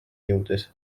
jõudes